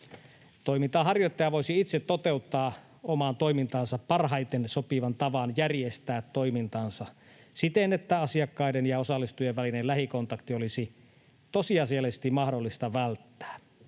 Toiminnan harjoittaja voisi itse toteuttaa omaan toimintaansa parhaiten sopivan tavan järjestää toimintansa siten, että asiakkaiden ja osallistujien välinen lähikontakti olisi tosiasiallisesti mahdollista välttää.